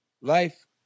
life